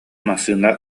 массыына